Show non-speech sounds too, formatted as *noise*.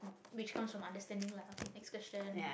which comes from understanding lah okay next question *laughs*